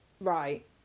Right